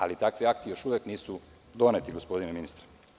Ali, takvi akti još uvek nisu doneti gospodine ministre.